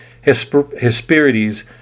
Hesperides